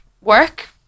work